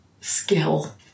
skill